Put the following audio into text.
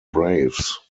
braves